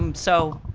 um so,